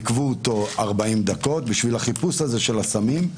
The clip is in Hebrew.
עיכבו אותו 40 דקות בשביל החיפוש הזה של הסמים.